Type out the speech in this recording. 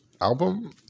album